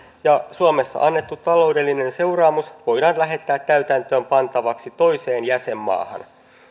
ja suomessa annettu taloudellinen seuraamus voidaan lähettää täytäntöönpantavaksi toiseen jäsenmaahan